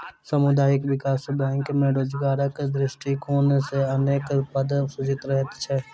सामुदायिक विकास बैंक मे रोजगारक दृष्टिकोण सॅ अनेक पद सृजित रहैत छै